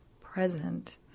present